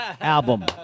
album